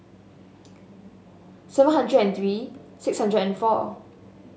seven hundred and three six hundred and four